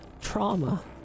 trauma